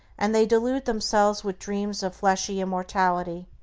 and they delude themselves with dreams of fleshly immortality,